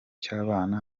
cy’abana